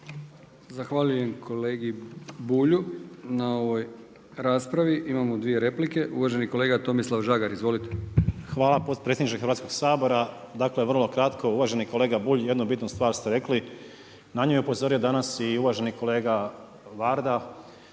Zahvaljujem kolegi Bulju na ovoj raspravi. Imamo dvije replike. Uvaženi kolega Tomislav Žagar, izvolite. **Žagar, Tomislav (Nezavisni)** Hvala potpredsjedniče Hrvatskog sabora. Dakle, vrlo kratko. Uvaženi kolega Bulj, jednu bitnu stvar ste rekli. Na nju je upozorio danas i uvaženi kolega Varda